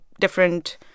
different